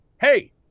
hey